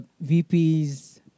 VP's